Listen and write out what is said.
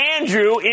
Andrew